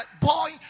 boy